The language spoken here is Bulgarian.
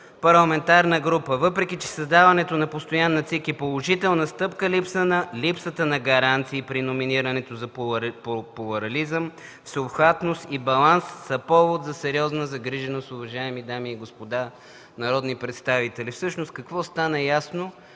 парламентарна група. Въпреки че създаването на постоянна Централна избирателна комисия е положителна стъпка, липсата на гаранции при номинирането за плурализъм, всеобхватност и баланс са повод за сериозна загриженост, уважаеми дами и господа народни представители. Всъщност какво стана ясно